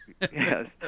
Yes